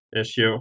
issue